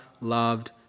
loved